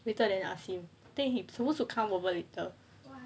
later then I ask him take he supposed to come over later